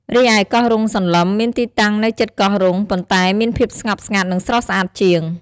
រីឯ កោះរុងសន្លឹម មានទីតាំងនៅជិតកោះរុង ប៉ុន្តែមានភាពស្ងប់ស្ងាត់ និងស្រស់ស្អាតជាង។